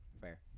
Fair